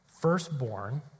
Firstborn